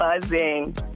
buzzing